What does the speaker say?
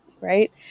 right